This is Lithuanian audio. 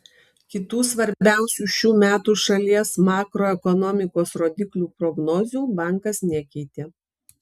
kitų svarbiausių šių metų šalies makroekonomikos rodiklių prognozių bankas nekeitė